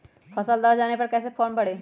फसल दह जाने पर कैसे फॉर्म भरे?